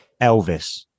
Elvis